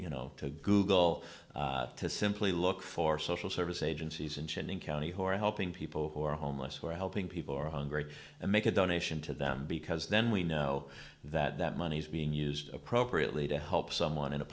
you know to google to simply look for social service agencies intending county who are helping people who are homeless or helping people who are hungry and make a donation to them because then we know that that money is being used appropriately to help someone in a